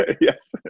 Yes